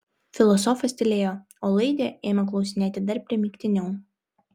filosofas tylėjo o laidė ėmė klausinėti dar primygtiniau